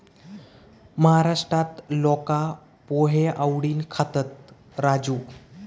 महाराष्ट्रात लोका पोहे आवडीन खातत, राजू